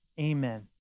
Amen